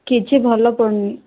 କିଛି ଭଲ ପଡ଼ୁନି